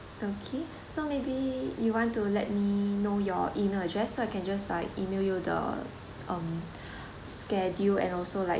okay so maybe you want to let me know your email address so I can just like email you the um schedule and also like